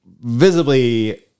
visibly